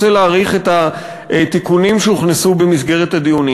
אני רוצה להעריך את התיקונים שהוכנסו במסגרת הדיונים.